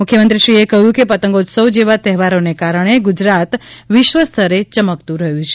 મુખ્યમંત્રીશ્રીએ કહ્યું કે પતંગોત્સવ જેવા તહેવારોને કારણે ગુજરાત વિશ્વ સ્તરે યમકતું રહ્યું છે